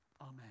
Amen